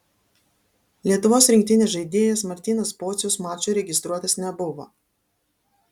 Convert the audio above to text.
lietuvos rinktinės žaidėjas martynas pocius mačui registruotas nebuvo